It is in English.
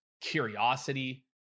curiosity